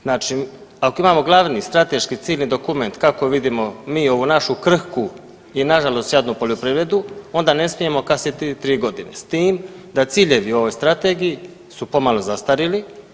Znači ako imamo glavni strateški ciljni dokument kako vidimo mi ovu našu krhku i nažalost jadnu poljoprivredu onda ne smijemo kasniti 3.g. s tim da ciljevi ovoj strategiji su pomalo zastarjeli.